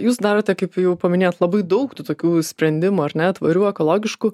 jūs darote kaip jau paminėjot labai daug tų tokių sprendimų ar ne tvarių ekologiškų